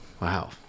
Wow